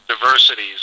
diversities